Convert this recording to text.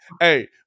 hey